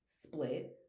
split